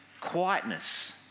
quietness